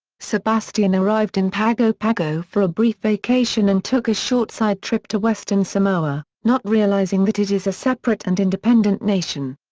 sebastian arrived in pago pago for a brief vacation and took a short side trip to western samoa, not realizing that it is a separate and independent nation.